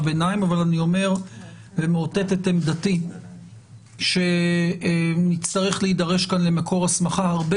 ביניים אבל אני אומר ומאותת את עמדתי שנצטרך להידרש למקור הסמכה הרבה